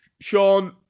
Sean